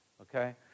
okay